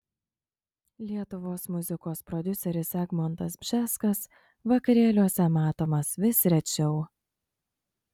lietuvos muzikos prodiuseris egmontas bžeskas vakarėliuose matomas vis rečiau